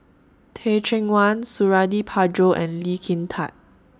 Teh Cheang Wan Suradi Parjo and Lee Kin Tat